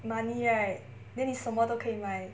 money right then 你什么都可以买